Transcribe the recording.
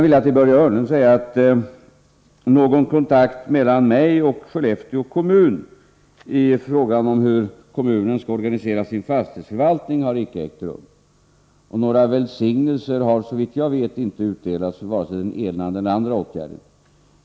Till Börje Hörnlund vill jag säga att någon kontakt mellan mig och Skellefteå kommun i fråga om hur kommunen skall organisera sin fastighetsförvaltning inte har ägt rum. Några välsignelser har såvitt jag vet inte utdelats, varken för den ena eller den andra åtgärden.